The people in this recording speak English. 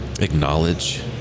acknowledge